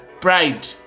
Pride